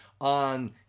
on